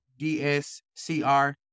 dscr